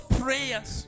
prayers